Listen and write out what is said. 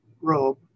robe